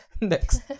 Next